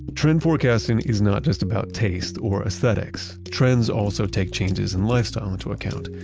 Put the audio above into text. trend forecasting is not just about taste or esthetics, trends also take changes in lifestyle to account.